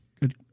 good